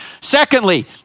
Secondly